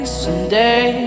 someday